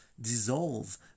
dissolve